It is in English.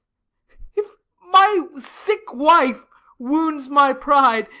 if my sick wife wounds my pride,